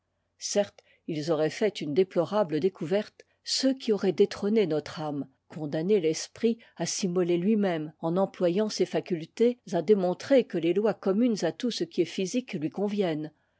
certes ils auraient fait une déptorabte découverte ceux qui auraient détrôné notre âme condamné l'esprit à s'immoler lui-même en employant ses facultés à démontrer que les lois cômmunes à tout ce qui est physique lui conviennent